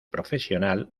profesional